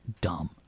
dumb